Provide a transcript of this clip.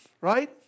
Right